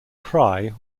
cry